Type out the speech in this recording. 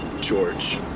George